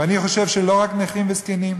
ואני חושב שלא רק נכים וזקנים,